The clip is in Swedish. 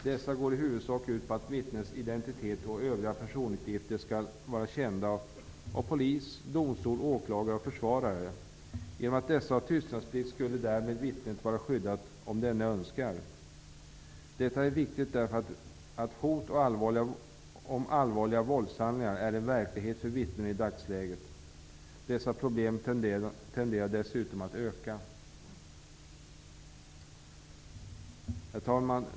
Dessa går i huvudsak ut på att vittnets identitet och övriga personuppgifter skall vara kända av polis, domstol, åklagare och försvarare. Genom att dessa har tystnadsplikt skulle därmed vittnet vara skyddat om denne så önskar. Detta är viktigt därför att hot om allvarliga våldshandlingar är en verklighet för vittnen i dagsläget. Dessa problem tenderar dessutom att öka. Herr talman!